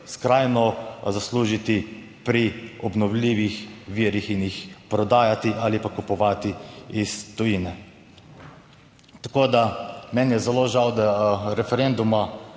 skrajno zaslužiti pri obnovljivih virih in jih prodajati ali pa kupovati iz tujine. Tako da meni je zelo žal, da referenduma